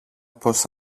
πως